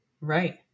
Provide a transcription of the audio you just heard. right